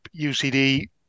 UCD